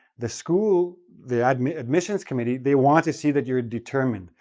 the school the i mean admissions committee, they want to see that you're determined,